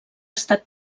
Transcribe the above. estat